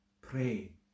Pray